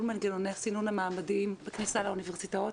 מנגנוני סינון המועמדים בכניסה לאוניברסיטאות,